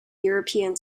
european